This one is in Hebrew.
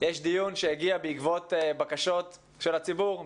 יש דיון שהגיע בעקבות בקשות של הציבור,